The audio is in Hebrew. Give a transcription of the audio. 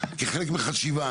כחלק מחשיבה,